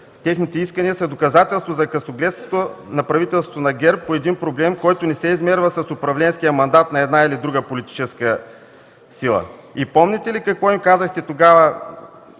дебатирани са доказателство за късогледството на правителството на ГЕРБ по проблем, който не се измерва с управленския мандат на една или друга политическа сила. Помните ли какво им каза тогава